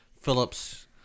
Phillips